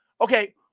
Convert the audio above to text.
Okay